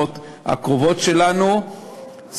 הוא ביטוי של ידידות עמוקה עם מדינתך,